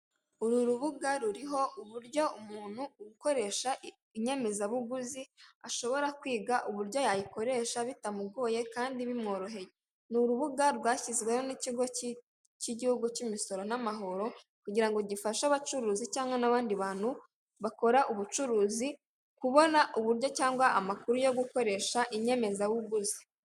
Uru rubuga ruriho uburyo umuntu ukoresha inyemezabuguzi ashobora kwiga uburyo yayikoresha bitamugoye kandi bimworoheye. Ni urubuga rwashyizweho n'ikigo cy'igihugu cy'imisoro n'amahoro, kugira ngo gifashe abacuruzi cyangwa n'abandi bantu bakora ubucuruzi kubona uburyo cyangwa amakuru yo gukoresha inyemezabuguzi.